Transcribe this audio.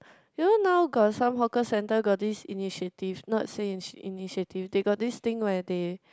you know now got some hawker centre got this initiative not say initiative they got this thing where they